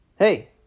Hey